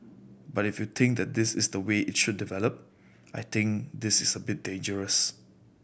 but if you think that this is the way it should develop I think this is a bit dangerous